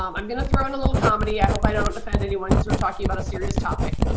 um i'm gonna throw in a little comedy, i hope i don't offend anyone because we're talking about a serious topic.